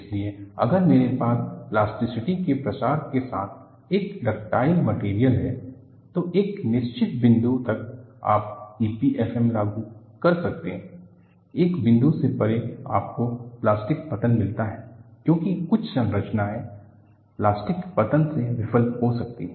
इसलिए अगर मेरे पास प्लास्टिसिटी के प्रसार के साथ एक डक्टाइल माटेरियल है तो एक निश्चित बिंदु तक आप EPFM लागू कर सकते हैं एक बिंदु से परे आपको प्लास्टिक पतन मिलता है क्योंकि कुछ संरचनाएं प्लास्टिक पतन से विफल हो सकती हैं